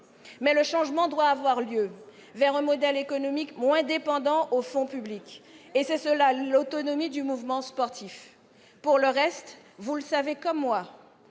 mais le changement doit avoir lieu vers un modèle économique moins dépendant des fonds publics. C'est cela l'autonomie du mouvement sportif. Pour le reste, vous le savez comme moi,